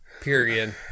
Period